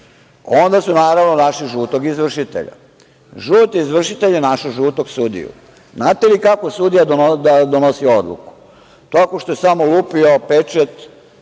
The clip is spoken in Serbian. onda su našli žutog izvršitelja, žuti izvršitelj je našao žutog sudiju. Znate li kako je sudija donosio odluku? Tako što je samo lupio pečat